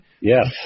Yes